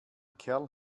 kerl